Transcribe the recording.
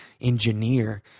engineer